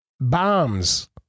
Bombs